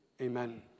amen